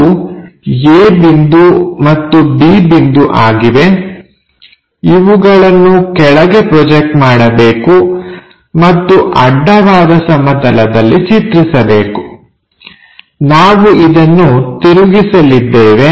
ಅದು a ಬಿಂದು ಮತ್ತು b ಬಿಂದು ಆಗಿವೆ ಇವುಗಳನ್ನು ಕೆಳಗೆ ಪ್ರೊಜೆಕ್ಟ್ ಮಾಡಬೇಕು ಮತ್ತು ಅಡ್ಡವಾದ ಸಮತಲದಲ್ಲಿ ಚಿತ್ರಿಸಬೇಕು ನಾವು ಅದನ್ನು ತಿರುಗಿಸಲಿದ್ದೇವೆ